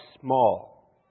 small